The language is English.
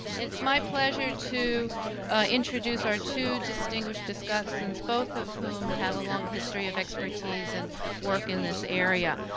it is my pleasure to introduce our two distinguished discussants both of whom have a long history of expertise and work in this area.